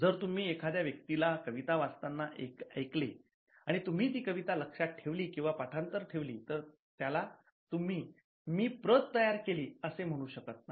जर तुम्ही एखाद्या व्यक्तीला कविता वाचताना ऐकले आणि तुम्ही ती कविता लक्षात ठेवली किंवा पाठांतर ठेवली तर त्याला तुम्ही 'मी प्रत तयार केली' असे म्हणू शकत नाही